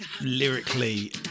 lyrically